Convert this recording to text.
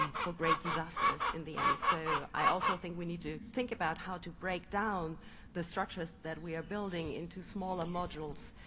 great disasters in the end. so i also think we need to think about how to break down the structures that we are building into smaller modules,